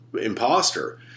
imposter